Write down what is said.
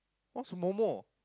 want some more more